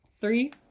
three